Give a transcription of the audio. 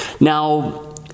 Now